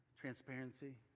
Transparency